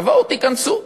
תבואו, תיכנסו.